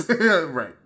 Right